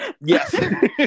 Yes